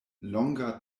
longa